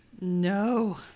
No